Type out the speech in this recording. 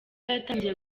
yatangiye